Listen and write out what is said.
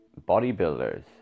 bodybuilders